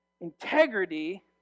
Integrity